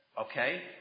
okay